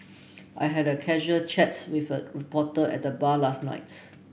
I had a casual chat with a reporter at the bar last night